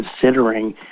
considering